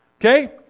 Okay